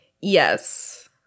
Yes